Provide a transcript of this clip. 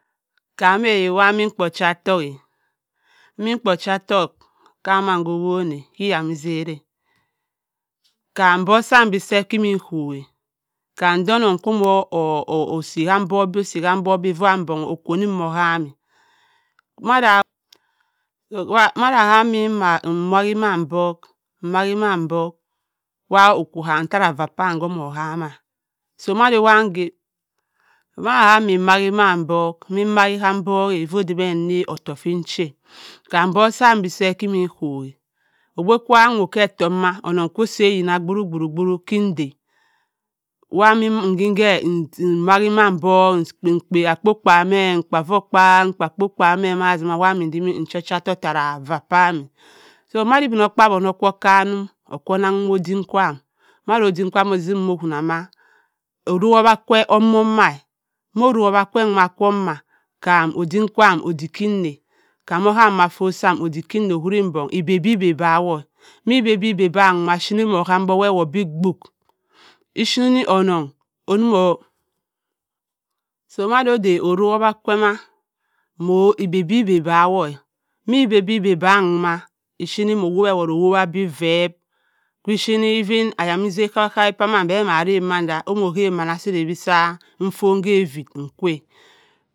Kam-e immi mkpa ocha ọttọuk ka maman to owoma ke iyamizitt a kam-obok saan bẹ seẹp kimi kowaa kam oda onnong ko mo osi ka obok bẹ si kobok bẹ nnva okwu onnim ohamaa madda nmayi ka obok mmayi m’obok wa okkwu ham hara uapaam komo ohamma so madwa nnga maduwa mmi mmayi ka obok, ẹmm mmayi ka obok-a ova mẹ nna ọttọkh fi cha-aa kam obok kwamm bẹ seẹp kimnokowa ogbu sa nnbhaha mẹ etọmaa onnong kwu osi eyinna bhọ-bhọ-bhro kidaa wa mẹ edemm kẹ me wabui k’odak mmkpa akpo-kp mẹ mkpa avukpa-a akpo kpe mẹ emmi enzima ochi ocha ottokh hara napaam-a so ma di ibinokpabyi onno ko okanum okko nnang odim kwaam mmadi odim kwaam ozuwm owonna mẹ oro owhakẹ ẹmẹma omo chi oro, owhakẹ ke mẹ kam obim kwaam odik ke nna kamm ma ka fiot saam obik kẹ nna owuri dong owuri bẹ eba-ebi-biba wọo, mmi ebi-ebi-biba wọo ochenni mo wo ewott bẹ bọk echenni onnong onimo so madoda orowhakẹ mo eba-ebi-biba wọ mẹ eba-eba-diba nwa ochenni mo owewotte bẹ vẹẹp kwi echenni ayamizite kwa man bẹ ma arrohnn manda ozider bẹ m-vu ka evitt nkwa